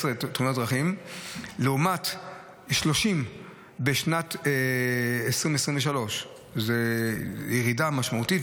לעומת 30 בשנת 2023. זו ירידה משמעותית.